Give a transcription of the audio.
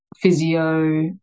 physio